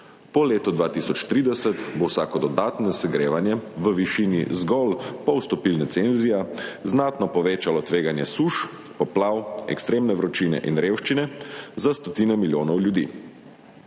Po letu 2030 bo vsako dodatno segrevanje v višini zgolj pol stopinje Celzija znatno povečalo tveganje suš, poplav, ekstremne vročine in revščine za stotine milijonov ljudi.